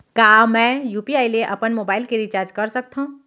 का मैं यू.पी.आई ले अपन मोबाइल के रिचार्ज कर सकथव?